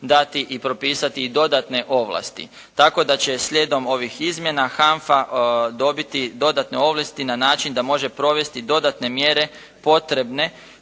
dati i propisati i dodatne ovlasti tako da će slijedom ovih izmjena HANFA dobiti dodatne ovlasti na način da može provesti dodatne mjere potrebne